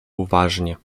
uważnie